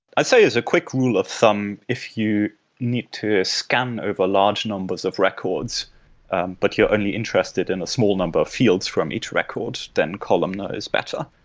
i say as a quick rule of thumb, if you need to scan over large numbers of records but you're only interested in a small number of fields from each record, then columnar is better.